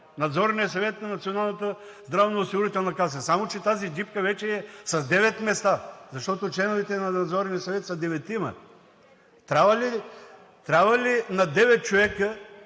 Надзорния съвет на Националната здравноосигурителна каса, само че тази джипка вече е с девет места, защото членовете на Надзорния съвет са деветима. Трябва ли на девет